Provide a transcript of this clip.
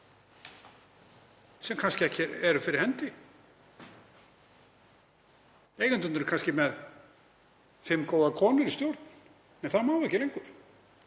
eru kannski ekki fyrir hendi. Eigendurnir eru kannski með fimm góðar konur í stjórn, en það má ekki lengur.